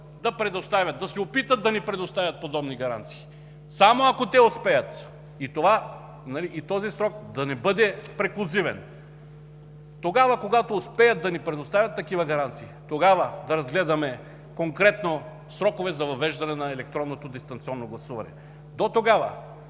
да се опитат да ни предоставят подобни гаранции. Само ако те успеят! И този срок да не бъде преклузивен. Тогава, когато успеят да ни предоставят такива гаранции, тогава да разгледаме конкретно срокове за въвеждане на електронното дистанционно гласуване. Дотогава